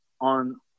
on